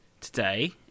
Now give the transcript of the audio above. today